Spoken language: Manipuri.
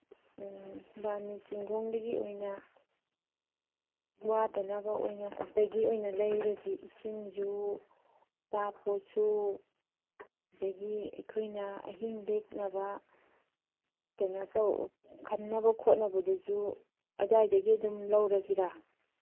ꯎꯝ ꯕꯥꯔꯨꯅꯤ ꯆꯤꯡꯈꯣꯡꯗꯒꯤ ꯑꯣꯏꯅ ꯋꯥꯗꯅꯕ ꯑꯣꯏꯅ ꯑꯗꯨꯗꯒꯤ ꯑꯣꯏꯅ ꯂꯩꯔꯁꯤ ꯏꯁꯤꯡꯁꯨ ꯑꯆꯥꯄꯣꯠꯁꯨ ꯑꯗꯒꯤ ꯑꯩꯈꯣꯏꯅ ꯑꯍꯤꯡ ꯂꯦꯛꯅꯕ ꯀꯩꯅꯣ ꯈꯟꯅꯕ ꯈꯣꯠꯅꯕꯗꯨꯁꯨ ꯑꯗꯥꯏꯗꯒꯤ ꯑꯗꯨꯝ ꯂꯧꯔꯁꯤꯔꯥ